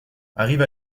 arrive